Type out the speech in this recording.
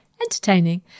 entertaining